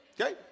Okay